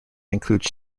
include